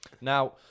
Now